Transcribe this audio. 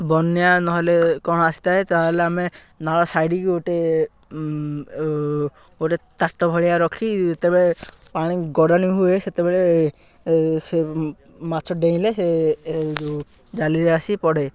ବନ୍ୟା ନହେଲେ କ'ଣ ଆସିଥାଏ ତାହେଲେ ଆମେ ନାଳ ସାଇଡ଼ିକି ଗୋଟେ ଗୋଟେ ତାଟ ଭଳିଆ ରଖି ଯେତେବେଳେ ପାଣି ଗଡ଼ଣି ହୁଏ ସେତେବେଳେ ସେ ମାଛ ଡେଇଁଲେ ସେ ଏ ଯେଉଁ ଜାଲିରେ ଆସି ପଡ଼େ